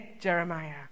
Jeremiah